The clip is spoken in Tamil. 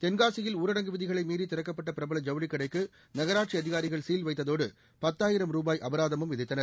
தென்காசியில் ஊரடங்கு விதிகளை மீறி திறக்கப்பட்ட பிரபல ஐவுளி கடைக்கு நகராட்சி அதிகாரிகள் சீல் வைத்ததோடு பத்தாயிரம் ரூபாய் அபராதமும் விதித்தனர்